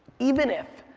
even if,